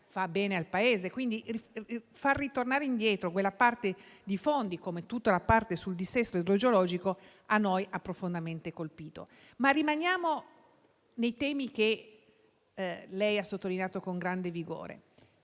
fa bene al Paese. Far ritornare indietro quella parte di fondi, come tutta la parte sul dissesto idrogeologico, ci ha profondamente colpito. Rimaniamo però nei temi che lei ha sottolineato con grande vigore.